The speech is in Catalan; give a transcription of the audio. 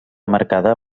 marcada